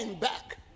back